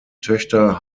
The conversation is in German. töchter